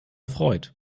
freut